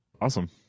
Awesome